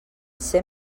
ser